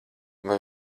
vai